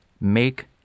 Make